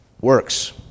works